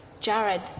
Jared